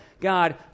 God